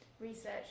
research